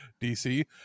dc